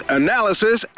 analysis